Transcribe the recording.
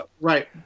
right